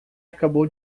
acabou